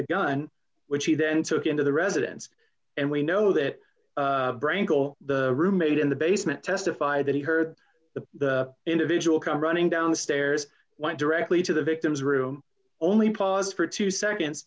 the gun which he then took into the residence and we know that branco the roommate in the basement testified that he heard the individual come running down the stairs went directly to the victim's room only paused for two seconds